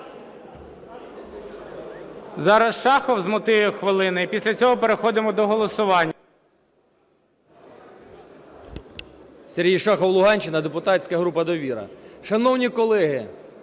Зараз Шахов - з мотивів хвилина. І після цього переходимо до голосування.